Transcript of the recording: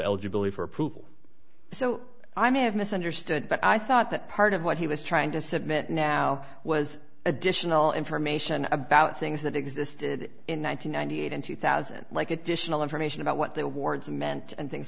eligibility for approval so i may have misunderstood but i thought that part of what he was trying to submit now was additional information about things that existed in one thousand nine hundred and two thousand like additional information about what their wards meant and things